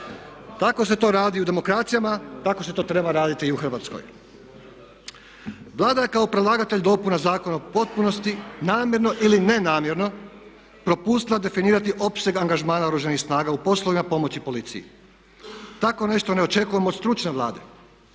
Tako se to radi u demokracijama, tako se to treba raditi i u Hrvatskoj. Vlada je kao predlagatelj dopuna zakona u potpunosti namjerno ili nenamjerno propustila definirati opseg angažmana Oružanih snaga u poslovima pomoći policiji. Tako nešto ne očekujemo od stručne Vlade.